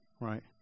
Right